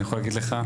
אני יכול להגיד לך,